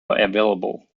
available